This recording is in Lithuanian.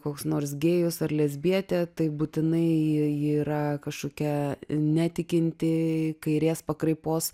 koks nors gėjus ar lesbietė tai būtinai yra kažkokia netikinti kairės pakraipos